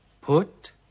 put